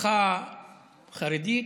משפחה חרדית,